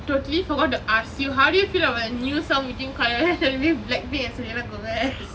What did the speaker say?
I totally forgot to ask you how do you feel about the new song between blackpink and selena gomez